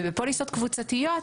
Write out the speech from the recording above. ובפוליסות קבוצתיות,